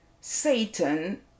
Satan